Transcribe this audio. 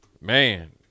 man